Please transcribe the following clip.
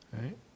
right